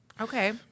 Okay